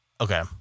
Okay